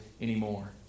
anymore